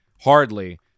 hardly –